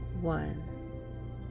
One